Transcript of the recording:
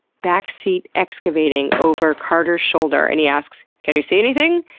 backseat excavating over carter's shoulder and he asks can you see anything?